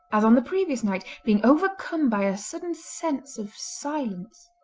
as on the previous night, being overcome by a sudden sense of silence.